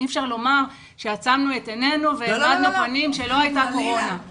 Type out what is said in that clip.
אי אפשר לומר שעצמנו את עינינו והעמדנו פנים שלא הייתה קורונה.